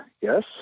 yes